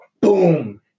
boom